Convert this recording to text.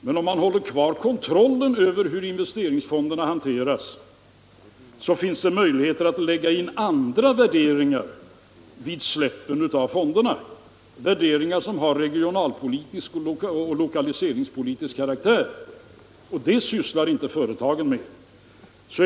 Men om man håller kvar kontrollen över hur investeringsfonderna hanteras finns det möjligheter att lägga in andra värderingar när man fattar beslut om frisläppandet av fonderna, värderingar av regionalpolitisk och lokaliseringspolitisk karaktär, och det sysslar inte företagen med.